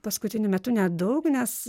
paskutiniu metu nedaug nes